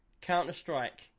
Counter-Strike